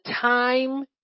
time